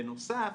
בנוסף,